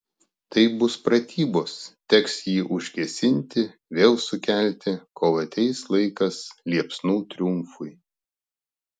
tai bus pratybos teks jį užgesinti vėl sukelti kol ateis laikas liepsnų triumfui